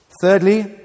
Thirdly